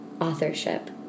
authorship